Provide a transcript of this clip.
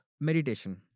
meditation